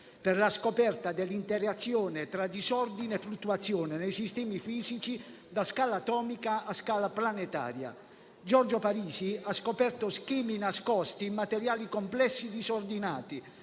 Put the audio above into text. per la scoperta dell'interazione tra disordine e fluttuazione nei sistemi fisici da scala atomica a scala planetaria. Giorgio Parisi ha scoperto schemi nascosti in materiali complessi disordinati.